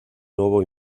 nuevo